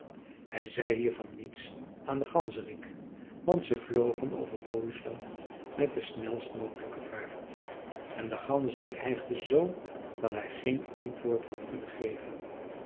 hij zei hiervan niets aan den ganzerik want ze vlogen over bohuslän met de snelst mogelijke vaart en de ganzerik hijgde z dat hij geen antwoord had kunnen geven